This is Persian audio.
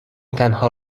تنها